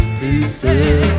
pieces